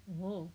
!whoa!